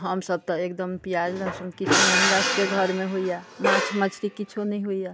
हम सभ तऽ एकदम प्याज लहसुन किछु नहि हमरा सभके घरमे होइयै माँस मछली किछौ नहि होइया